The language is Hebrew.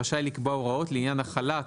רשאי לקבוע הוראות לעניין החלת